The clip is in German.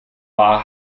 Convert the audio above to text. war